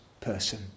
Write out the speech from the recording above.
person